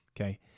okay